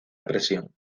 presión